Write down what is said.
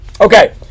Okay